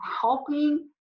helping